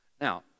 Now